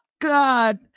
God